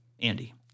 Andy